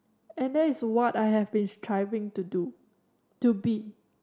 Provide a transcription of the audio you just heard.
and there is what I have been striving to do to be